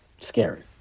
scary